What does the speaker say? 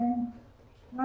ככל